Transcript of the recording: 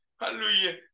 Hallelujah